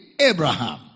Abraham